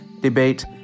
debate